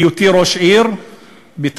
בהיותי ראש העיר בטייבה,